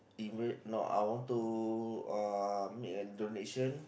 even no I want to uh make a donation